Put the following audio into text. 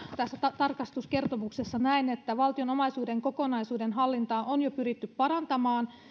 tässä tarkastuskertomuksessa todetaan näin valtion omaisuuden kokonaisuuden hallintaa on jo pyritty parantamaan